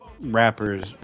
rappers